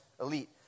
elite